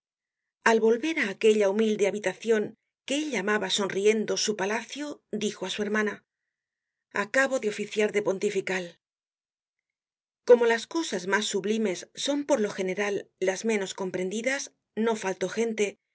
al volver á aquella humilde habitacion que él llamaba sonriendo su palacio dijo á su hermana arabo de oficiar de pontifical como las cosas mas sublimes son por lo general las menos comprendidas no faltó gente que